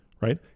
right